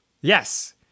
Yes